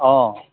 অঁ